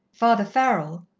father farrell,